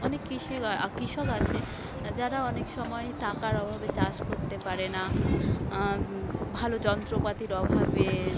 অনেক কৃষি কৃষক আছে যারা অনেক সময়ে টাকার অভাবে চাষ করতে পারে না ভালো যন্ত্রপাতির অভাবে